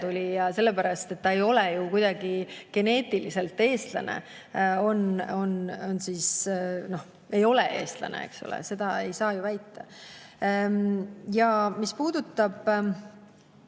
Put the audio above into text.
järeltulija, sellepärast et ta ei ole kuidagi geneetiliselt eestlane, ei ole eestlane. Eks ole, seda ei saa ju väita. Ja mis puudutab